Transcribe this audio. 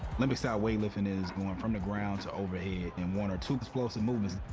olympic style weightlifting is going from the ground to overhead in one or two explosive movements.